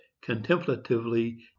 contemplatively